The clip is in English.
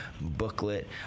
booklet